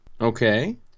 Okay